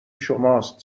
شماست